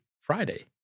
Friday